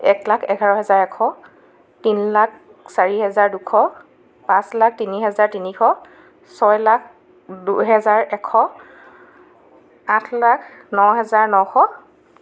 এক লাখ এঘাৰ হেজাৰ এশ তিনি লাখ চাৰি হেজাৰ দুশ পাঁচ লাখ তিনি হেজাৰ তিনিশ ছয় লাখ দুহেজাৰ এশ আঠ লাখ ন হেজাৰ নশ